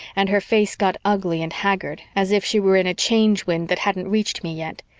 and her face got ugly and haggard, as if she were in a change wind that hadn't reached me yet,